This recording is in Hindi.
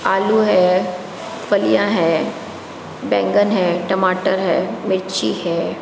आलू है फलियाँ हैं बैंगन है टमाटर है मिर्ची है